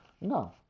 No